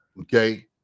okay